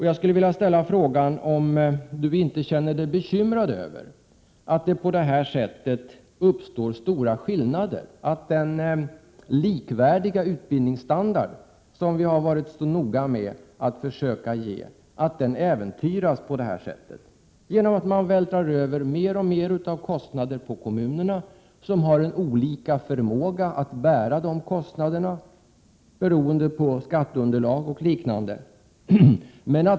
Jag skulle vilja fråga om Helge Hagberg inte känner sig bekymrad över att det på detta sätt uppstår stora skillnader och att den likvärdiga utbildningsstandard, som vi har varit så noga med att försöka ge, äventyras på detta sätt genom att man vältrar över mer och mer av kostnader på kommunerna som har olika förmåga att bära dessa kostnader beroende på skatteunderlag och liknande.